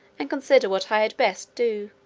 and consider what i had best do.